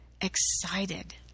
excited